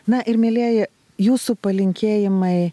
na ir mielieji jūsų palinkėjimai